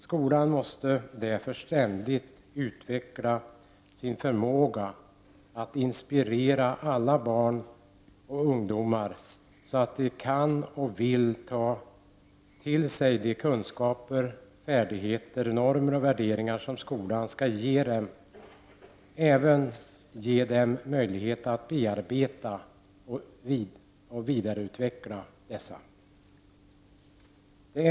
Skolan måste därför ständigt utveckla sin förmåga att inspirera alla barn och ungdomar så att de kan och vill ta till sig de kunskaper, färdigheter, normer och värderingar som skolan skall ge dem. Men skolan skall även ge dem möjlighet att bearbeta och vidareutveckla dessa.